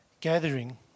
gathering